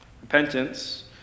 Repentance